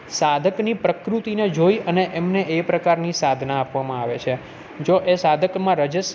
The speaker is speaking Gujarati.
સાધકની પ્રકૃતિને જોઈ અને એમને એ પ્રકારની સાધના આપવામાં આવે છે જો એ સાધકમાં રજસ